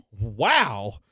Wow